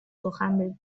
سخن